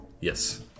yes